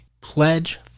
pledge